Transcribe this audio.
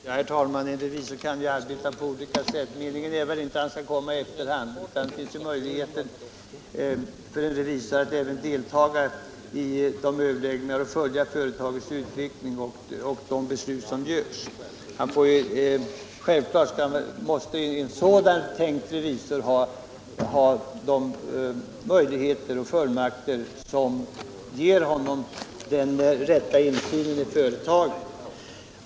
Herr talman! En revisor kan ju arbeta på olika sätt. Meningen är väl inte att han skulle komma i efterhand. Det finns ju möjligheter även för en revisor att delta i överläggningarna och de beslut som fattas och följa företagets utveckling. Självfallet måste en sådan revisor ha fullmakter som ger honom den rätta insynen i företaget.